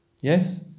Yes